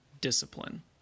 discipline